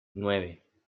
nueve